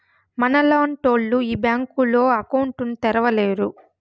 మనలాంటోళ్లు ఈ బ్యాంకులో అకౌంట్ ను తెరవలేరు